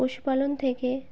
পশুপালন থেকে